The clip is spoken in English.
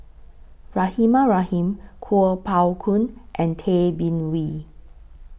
Rahimah Rahim Kuo Pao Kun and Tay Bin Wee